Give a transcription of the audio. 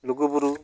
ᱞᱩᱜᱩᱵᱩᱨᱩ